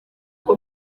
uko